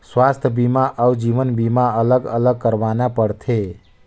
स्वास्थ बीमा अउ जीवन बीमा अलग अलग करवाना पड़थे?